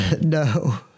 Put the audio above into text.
No